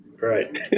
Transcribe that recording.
Right